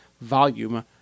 volume